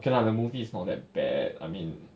okay lah the movie is not that bad I mean